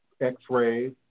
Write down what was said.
x-rays